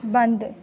बंद